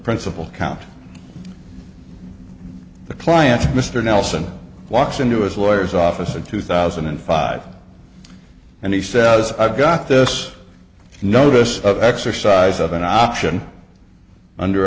principle count the client mr nelson walks into his lawyers office in two thousand and five and he says i've got this notice of exercise of an option under